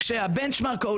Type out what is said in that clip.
מהו היחס של חברת החשמל?